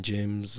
James